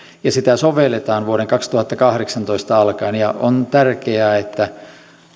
ja sitä sovelletaan vuodesta kaksituhattakahdeksantoista alkaen ja on tärkeää että